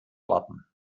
warten